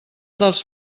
dels